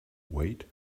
wait